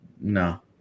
no